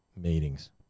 meetings